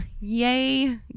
yay